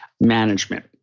management